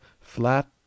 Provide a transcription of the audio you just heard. flat